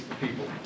people